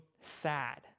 sad